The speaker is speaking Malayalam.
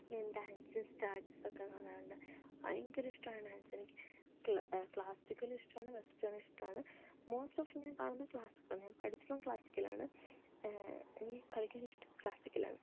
ഞാൻ ഡാൻസും സ്റ്റാറ്റ്സൊക്കെ കാണാറുണ്ട് ഭയങ്കര ഇഷ്ടമാണ് ഡാൻസ് എനിക്ക് ക്ലാസിക്കലും ഇഷ്ടമാണ് വെസ്റ്റേൺ ഇഷ്ടമാണ് മോസ്റ്റ് ഓഫ് ഞാൻ കാണുന്നത് ക്ലാസിക്കലാണ് ഞാൻ പഠിച്ചതും ക്ലാസിക്കലാണ് എനിക്ക് കളിക്കാൻ ഇഷ്ടവും ക്ലാസിക്കലാണ്